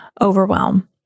overwhelm